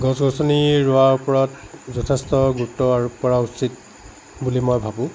গছ গছনি ৰোৱা ওপৰত যথেষ্ট গুৰুত্ব আৰোপ কৰা উচিত বুলি মই ভাবোঁ